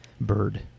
bird